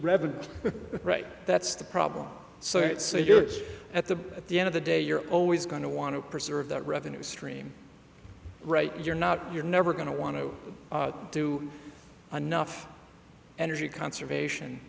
revenue right that's the problem so it's yours at the at the end of the day you're always going to want to preserve that revenue stream right you're not you're never going to want to do anough energy conservation